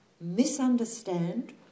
misunderstand